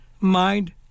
mind